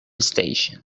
station